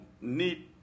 need